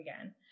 again